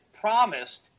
promised